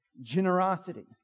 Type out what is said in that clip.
generosity